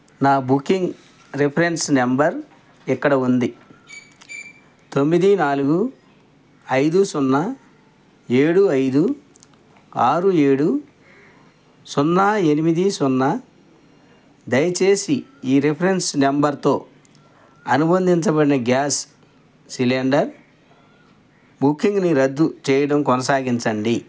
నా booking reference number ఇక్కడ ఉంది తొమ్మిది నాలుగు ఐదు సున్నా ఏడు ఐదు ఆరు ఏడు సున్నా ఎనిమిది సున్నా దయచేసి ఈ రిఫరెన్స్ నెంబర్తో అనుబంధించబడిన గ్యాస్ సిలిండర్ బుకింగ్ని రద్దు చేయడం కొనసాగించండి